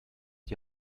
die